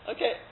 Okay